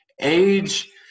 Age